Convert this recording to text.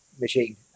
machine